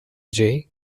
jay